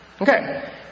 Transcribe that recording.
Okay